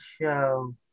show